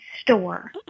store